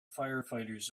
firefighters